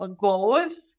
goals